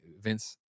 Vince